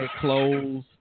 clothes